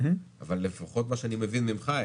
אבל לפחות ממה שאני מבין ממך,